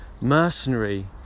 mercenary